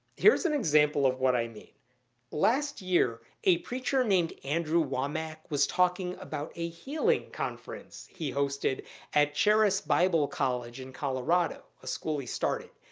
here's an example of what i mean last year, a preacher named andrew wommack was talking about a healing conference he hosted at charis bible college in colorado, a school he started.